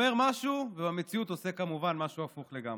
אומר משהו ובמציאות עושה כמובן משהו הפוך לגמרי.